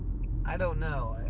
i don't know.